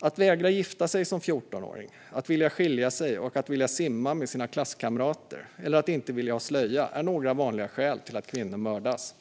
"Att vägra gifta sig som fjortonåring, att vilja skilja sig, att vilja simma med sina klasskamrater eller att inte vilja ha slöja är några vanliga skäl till att kvinnor mördas."